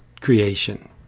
creation